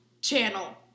channel